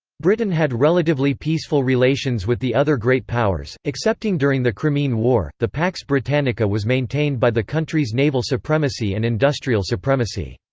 britain had relatively peaceful relations with the other great powers, excepting during the crimean war the pax britannica was maintained by the country's naval supremacy and industrial supremacy.